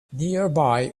nearby